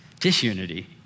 disunity